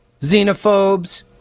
Xenophobes